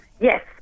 Yes